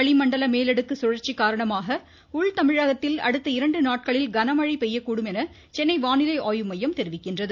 வளிமண்டல மேலடுக்கு சுழற்சி காரணமாக உள் தமிழகத்தில் அடுத்த இரண்டு நாட்களில் கனமழை பெய்யக்கூடும் என்று சென்னை வானிலை ஆய்வு மையம் தெரிவிக்கிறது